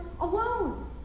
alone